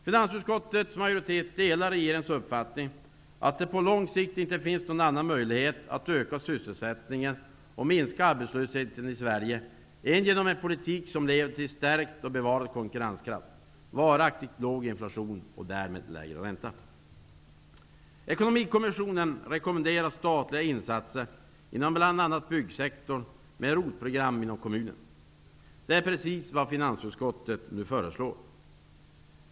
Finansutskottets majoritet delar regeringens uppfattning att det på lång sikt inte finns någon annan möjlighet att öka sysselsättningen och minska arbetslösheten i Sverige än genom en politik som leder till stärkt och bevarad konkurrenskraft, varaktigt låg inflation och därmed lägre ränta. Ekonomikommissionen rekommenderar statliga insatser bl.a. inom byggsektorn med ROT-program inom kommunerna. Det är precis vad finansutskottet nu föreslår.